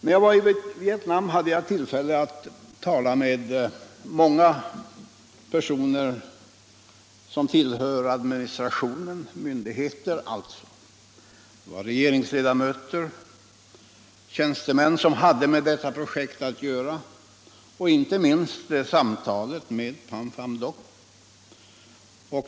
När jag var i Vietnam hade jag tillfälle att tala med många personer från administrationen, myndigheter m.m. Det var samtal med regeringsledamöter och tjänstemän som hade med detta projekt att göra och med Pham Van Dong själv.